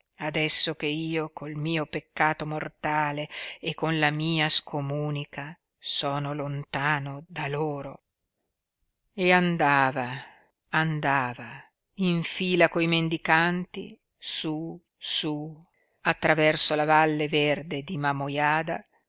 adesso che io col mio peccato mortale e con la mia scomunica sono lontano da loro e andava andava in fila coi mendicanti su su attraverso la valle verde di mamojada